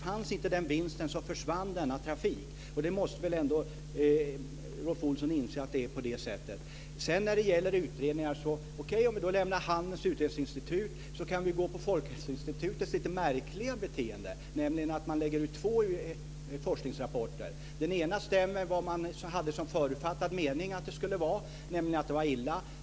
Fanns inte den vinsten skulle trafiken försvinna. Rolf Olsson måste väl ändå inse att det är på det sättet. När det gäller utredningar vill jag säga att okej, om vi lämnar Handelns Utredningsinstitut kan vi gå på Folkhälsoinstitutets lite märkliga beteende, nämligen att man lägger ut två forskningsrapporter. Den ena stämmer med den förutfattade mening man hade om hur det skulle vara, nämligen att det skulle vara illa.